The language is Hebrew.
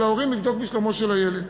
כי על ההורים לבדוק את שלומו של הילד.